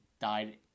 died